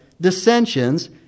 dissensions